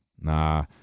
nah